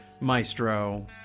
maestro